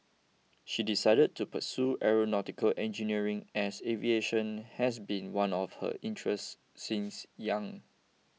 she decided to pursue Aeronautical Engineering as aviation has been one of her interests since young